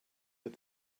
that